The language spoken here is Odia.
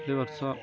ଏବର୍ଷ